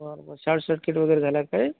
बरं बरं short circuit वगैरे झालं का काही